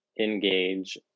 engage